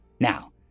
Now